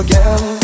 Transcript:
Again